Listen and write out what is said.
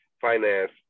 finance